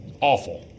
Awful